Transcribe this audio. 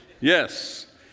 Yes